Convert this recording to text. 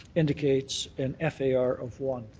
indicates an f a r. of one.